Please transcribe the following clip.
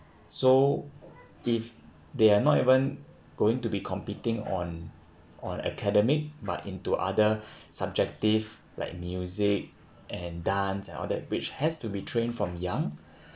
so if they are not even going to be competing on on academic but into other subjective like music and dance and all that which has to be trained from young